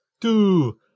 two